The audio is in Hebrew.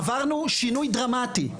עברנו שינוי דרמטי.